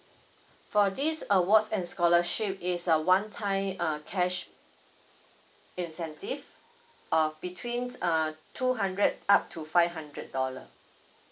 for this award and scholarship is a one time err cash incentive err between err two hundred up to five hundred dollars